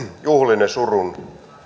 juhliinne surun